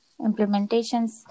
implementations